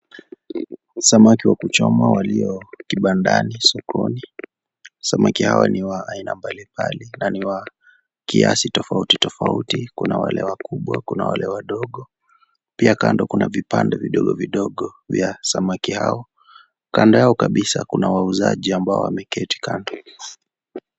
Samaki wa kuchoma walio kibandani, sokoni. Samaki hawa ni wa aina mbalimbali na ni wa kiasi tofauti tofauti, kuna wale wakubwa na kuna wale wadogo. Pia kando kuna vipande vidogo vidogo vya samaki hawa. Kando Yao kabisa kuna wauzaji ambao wameketi kando.